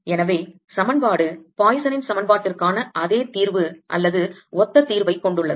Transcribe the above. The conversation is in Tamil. எனவே சமன்பாடு பாய்சனின் சமன்பாட்டிற்கான அதே தீர்வு அல்லது ஒத்த தீர்வைக் கொண்டுள்ளது